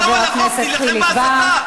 תודה לחבר הכנסת חיליק בר.